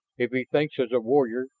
if he thinks as a warrior,